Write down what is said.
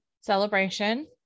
celebration